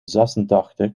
zesentachtig